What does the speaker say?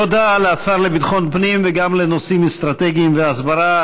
תודה לשר לביטחון פנים וגם לנושאים אסטרטגיים והסברה,